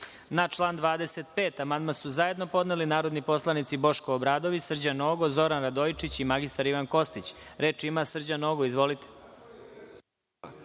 član 25. amandman su zajedno podneli narodni poslanici Boško Obradović, Srđan Nogo, Zoran Radojičić i mr Ivan Kostić. Reč ima Srđan Nogo. Izvolite.